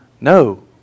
No